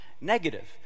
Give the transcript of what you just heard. negative